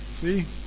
See